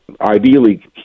Ideally